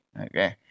okay